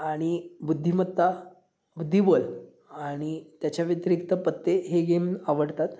आणि बुद्धिमत्ता बुद्धिबळ आणि त्याच्या व्यतिरिक्त पत्ते हे गेम आवडतात